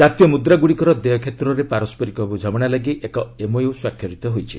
ଜାତୀୟ ମୁଦ୍ରାଗୁଡ଼ିକର ଦେୟ କ୍ଷେତ୍ରରେ ପାରସ୍କରିକ ବୁଝାମଣା ଲାଗି ଏକ ଏମ୍ଓୟୁ ସ୍ୱାକ୍ଷରିତ ହୋଇଛି